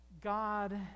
God